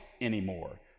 anymore